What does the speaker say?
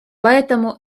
поэтому